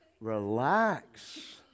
relax